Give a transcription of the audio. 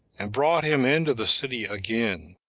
and brought him into the city again,